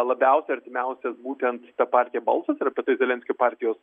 labiausiai artimiausias būtent ta partija balsas ir apie tai zelenskio partijos